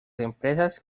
empresas